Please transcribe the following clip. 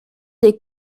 des